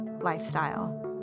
lifestyle